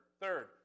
third